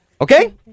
Okay